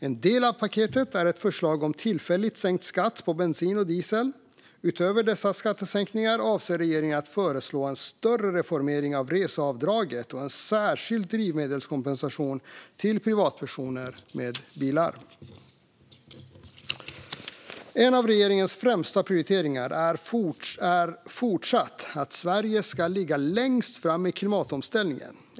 En del av paketet är ett förslag om tillfälligt sänkt skatt på bensin och diesel. Utöver dessa skattesänkningar avser regeringen att föreslå en större reformering av reseavdraget och en särskild drivmedelskompensation till privatpersoner med bil. En av regeringens främsta prioriteringar är fortsatt att Sverige ska ligga längst fram i klimatomställningen.